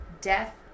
Death